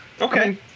Okay